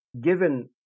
given